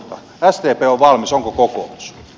sdp on valmis onko kokoomus